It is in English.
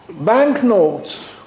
Banknotes